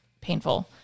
painful